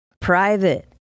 private